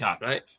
right